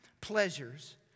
pleasures